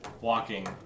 walking